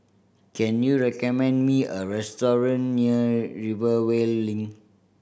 can you recommend me a restaurant near Rivervale Link